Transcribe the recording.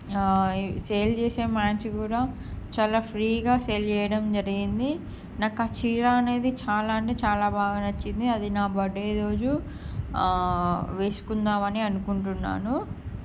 sales చేసే మనిషి కూడా చాలా ఫ్రీగా సేల్ చేయడం జరిగింది నాకు ఆ చీర అనేది చాలా అంటే చాలా బాగా నచ్చింది అది నా బర్త్డే రోజు వేసుకుందాము అని అనుకుంటున్నాను